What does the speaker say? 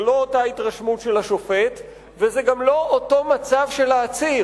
זו לא אותה התרשמות של השופט וזה גם לא אותו מצב של העציר.